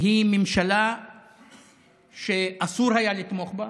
היא ממשלה שאסור היה לתמוך בה,